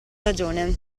ragione